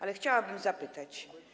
Ale chciałabym zapytać.